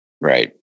Right